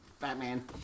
Batman